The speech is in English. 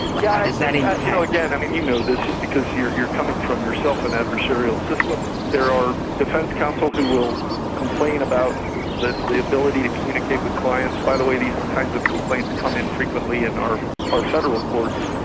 but yeah does that impact. again, i mean, you know this, because you're you're coming from yourself an adversarial system, there are defence counsel who will complain about the the ability to communicate with clients. by the way, these kinds of complaints come in frequently in our our federal courts.